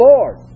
Lord